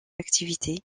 activités